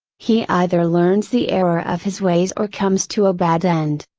he either learns the error of his ways or comes to a bad end.